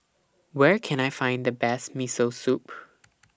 Where Can I Find The Best Miso Soup